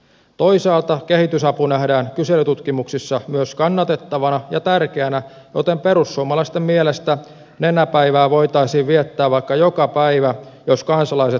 toisaalta kehitysapu nähdään kyselytutkimuksissa myös kannatettavana ja tärkeänä joten perussuomalaisten mielestä nenäpäivää voitaisiin viettää vaikka joka päivä jos kansalaiset niin haluavat